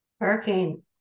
Hurricane